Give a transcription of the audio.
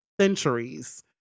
centuries